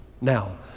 Now